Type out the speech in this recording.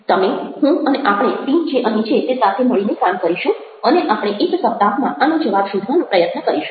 તમે હું અને આપણે ટીમ જે અહીં છે તે સાથે મળીને કામ કરીશું અને આપણે એક સપ્તાહમાં આનો જવાબ શોધવાનો પ્રયત્ન કરીશું